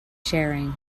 sharing